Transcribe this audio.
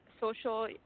social